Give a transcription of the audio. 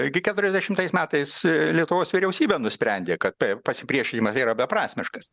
iki keturiasdešimais metais lietuvos vyriausybė nusprendė kad pa pasipriešinimas yra beprasmiškas